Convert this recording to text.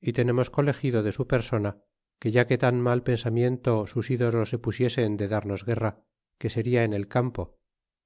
y tenemos colegido de su persona que ya que tan mal pensamiento sus ídolos le pusiesen de darnos guerra que seria en el campo